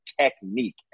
technique